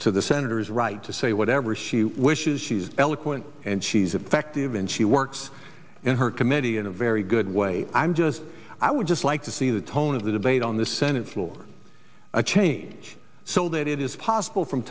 to the senator's right to say whatever she wishes she's eloquent and she's effective and she works in her committee in a very good way i'm just i would just like to see the tone of the debate on the senate floor a change so that it is possible from